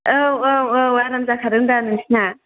औ औ औ आराम जाखादोंदा नोंसिना